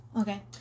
Okay